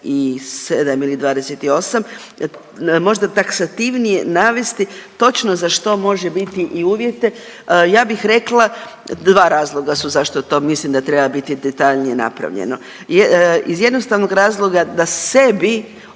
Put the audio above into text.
ili 28., možda taksativnije navesti točno za što može biti i uvjete. Ja bih rekla dva razloga su zašto to mislim da treba biti detaljnije napravljeno. Iz jednostavnog razloga da sebi